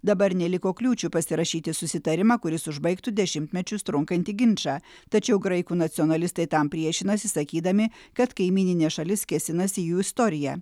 dabar neliko kliūčių pasirašyti susitarimą kuris užbaigtų dešimtmečius trunkantį ginčą tačiau graikų nacionalistai tam priešinasi sakydami kad kaimyninė šalis kėsinasi į jų istoriją